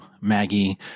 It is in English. Maggie